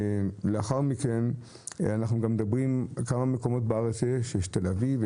אנחנו מדברים על כמה מקומות בארץ שבהם יש בתל אביב,